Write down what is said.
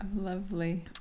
lovely